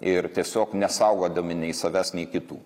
ir tiesiog nesaugodami nei savęs nei kitų